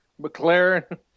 McLaren